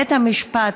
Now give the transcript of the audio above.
בית המשפט,